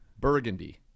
Burgundy